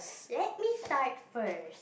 let me start first